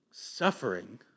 Suffering